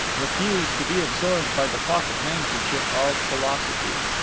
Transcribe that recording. refused to be absorbed by the pocket-handkerchief of philosophy.